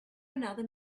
another